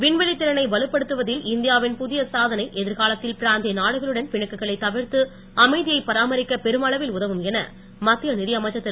விண்வெளித் திறனை வலுப்படுத்துவதில் இந்தியாவின் புதிய சாதனை எதிர்காலத்தில் பிராந்திய நாடுகளுடன் பிணக்குகளை தவிர்த்து அமைதியை பராமரிக்க பெரும் அளவில் உதவும் என மத்திய நிதியமைச்சர் திரு